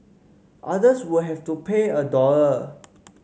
others will have to pay a dollar